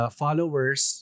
followers